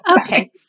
Okay